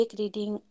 reading